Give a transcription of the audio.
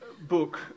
book